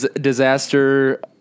disaster